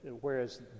whereas